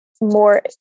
more